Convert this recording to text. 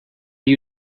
you